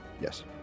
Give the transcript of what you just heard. yes